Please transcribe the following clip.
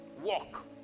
Walk